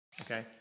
okay